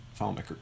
filemaker